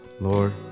Lord